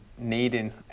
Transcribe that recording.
needing